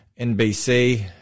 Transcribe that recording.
NBC